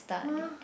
!huh!